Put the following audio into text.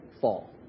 fall